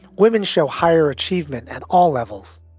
women show higher achievement at all levels.